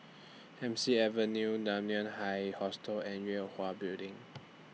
Hemsley Avenue Dunman High Hostel and Yue Hwa Building